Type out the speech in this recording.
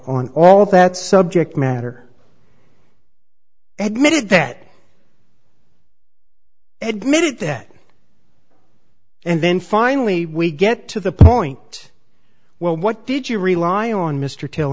on all that subject matter admittedly that ed made it that and then finally we get to the point well what did you rely on mr til